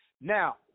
Now